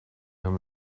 him